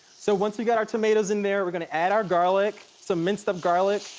so once we got our tomatoes in there, we're gonna add our garlic, some minced up garlic.